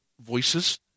voices